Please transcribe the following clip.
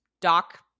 doc